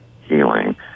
healing